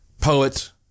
poet